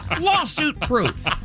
lawsuit-proof